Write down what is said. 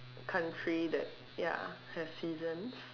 country that ya have seasons